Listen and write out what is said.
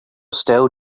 still